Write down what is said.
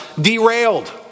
derailed